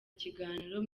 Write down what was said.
ikiganiro